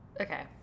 Okay